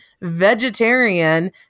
vegetarian